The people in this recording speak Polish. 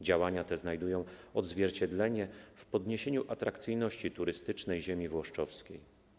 Działania te znajdują odzwierciedlenie w zwiększeniu atrakcyjności turystycznej ziemi włoszczowskiej.